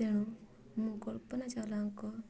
ତେଣୁ ମୁଁ କଳ୍ପନା ଚାୱଲାଙ୍କ